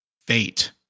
Fate